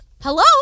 Hello